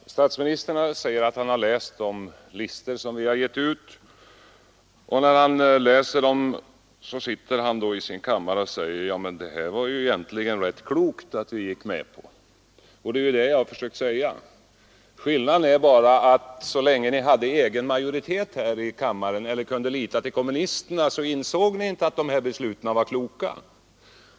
Herr talman! Statsministern säger att han har läst de listor som vi har givit ut, och när han läst dem har han suttit i sin kammare och sagt att detta var det ju egentligen rätt klokt att gå med på. Det är vad jag har försökt säga. Skillnaden är bara den att så länge ni hade egen majoritet i riksdagen eller kunde lita till kommunisterna så insåg ni inte att våra förslag var kloka.